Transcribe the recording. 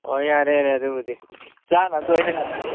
ꯍꯣꯏ ꯌꯥꯔꯦ ꯌꯥꯔꯦ ꯑꯗꯨꯕꯨꯗꯤ ꯆꯥꯅꯕꯗꯨ ꯑꯩꯅ ꯉꯝꯃꯒꯦ